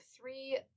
three